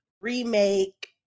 remake